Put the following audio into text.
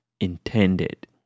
intended